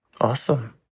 Awesome